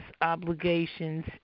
obligations